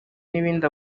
n’ibindi